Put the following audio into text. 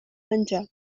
menjar